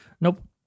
Nope